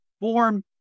form